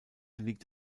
liegt